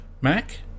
Mac